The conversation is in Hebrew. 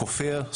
כופר,